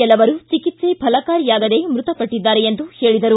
ಕೆಲವರು ಚಿಕಿತ್ಸೆ ಫಲಕಾರಿಯಾಗದೇ ಮ್ಬತರಾಗಿದ್ದಾರೆ ಎಂದು ಹೇಳಿದರು